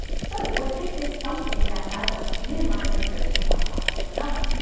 so what is this something that matter wants to minimize when it goes from one path to another?